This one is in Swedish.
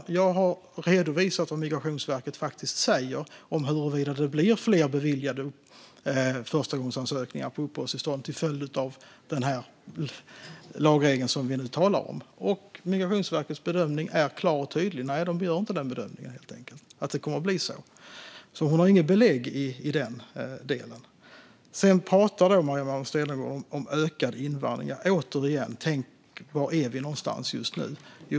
Jag har redovisat vad Migrationsverket faktiskt säger om huruvida det blir fler beviljade förstagångsansökningar på uppehållstillstånd till följd av den lagregel som vi nu talar om. Migrationsverkets besked är klart och tydligt: Nej, de gör inte bedömningen att det kommer att bli så. Maria Malmer Stenergard har alltså inga belägg i den delen. Sedan pratar Maria Malmer Stenergard om ökad invandring. Återigen: Tänk på hur det ser ut just nu!